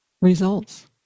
results